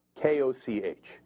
K-O-C-H